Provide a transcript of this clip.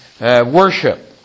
worship